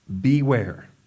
beware